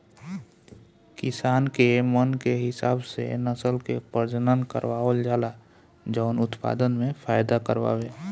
किसान के मन के हिसाब से नसल के प्रजनन करवावल जाला जवन उत्पदान में फायदा करवाए